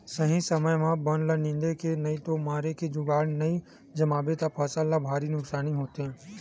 सही समे म बन ल निंदे के नइते मारे के जुगाड़ नइ जमाबे त फसल ल भारी नुकसानी होथे